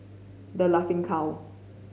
The Laughing Cow